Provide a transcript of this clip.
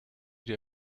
die